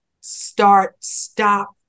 start-stop